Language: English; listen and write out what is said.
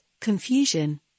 confusion